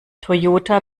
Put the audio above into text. toyota